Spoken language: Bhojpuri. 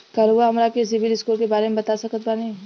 का रउआ हमरा के सिबिल स्कोर के बारे में बता सकत बानी?